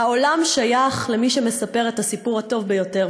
העולם שייך למי שמספר את הסיפור הטוב ביותר.